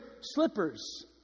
slippers